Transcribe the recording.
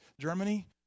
Germany